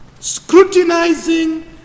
scrutinizing